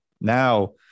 now